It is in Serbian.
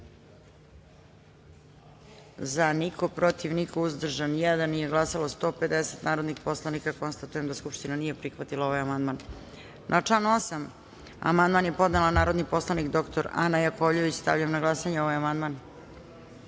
– niko, protiv – niko, uzdržan – jedan, nije glasalo 150 narodnih poslanika. Konstatujem da Skupština nije prihvatila ovaj amandman. Na član 8. amandman je podnela narodni poslanik dr Ana Jakovljević. Stavljam na glasanje ovaj